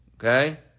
Okay